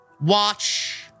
watch